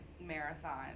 marathon